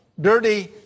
dirty